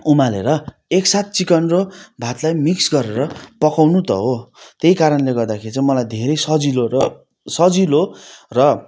उमालेर एक साथ चिकन र भातलाई मिक्स गरेर पकाउनु त हो त्यही कारणले गर्दाखेरि चाहिँ मलाई धेरै सजिलो र सजिलो र